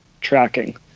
tracking